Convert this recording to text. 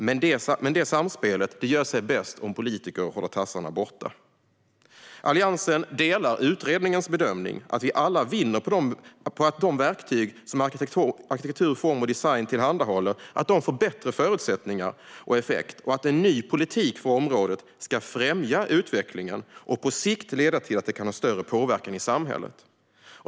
Men detta samspel gör sig bäst om politiker håller tassarna borta. Alliansen håller med om utredningens bedömning att vi alla vinner på att de verktyg som arkitektur, form och design tillhandahåller får bättre förutsättningar och effekt och att en ny politik för området ska främja utvecklingen och på sikt leda till att de kan ha större påverkan i samhället.